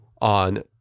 on